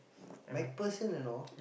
MacPherson know